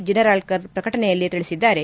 ಜನರಾಳ್ಗರ್ ಪ್ರಕಟಣೆಯಲ್ಲಿ ತಿಳಿಸಿದ್ದಾರೆ